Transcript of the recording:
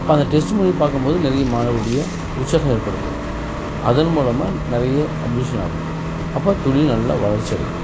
அப்போ அதை டெஸ்ட்டு மொழிப்பார்க்கம் போது நிறைய மாணவர்களுடைய உற்சாகம் ஏற்படுத்தும் அதன் மூலமா நிறைய அட்மிஷன் ஆகும் அப்போ தொழில் நல்லா வளர்ச்சியடையும்